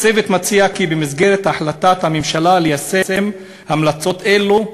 "הצוות מציע כי במסגרת החלטת הממשלה ליישום המלצות אלו,